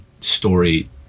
story